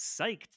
psyched